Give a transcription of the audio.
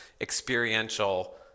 experiential